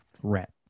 threat